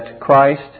Christ